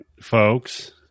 folks